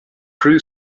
crew